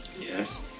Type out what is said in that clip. Yes